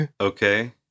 okay